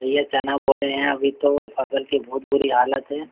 भैया चना बोए हैं अभी तो और फसल की बहुत बुरी हालत है